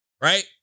Right